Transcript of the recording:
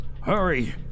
Hurry